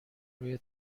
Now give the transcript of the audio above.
روی